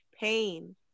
pain